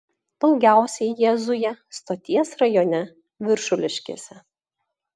daugiausiai jie zuja stoties rajone viršuliškėse